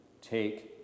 Take